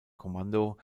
kommando